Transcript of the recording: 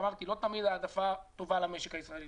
ואמרתי: לא תמיד ההעדפה טובה למשק הישראלי,